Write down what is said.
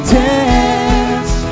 dance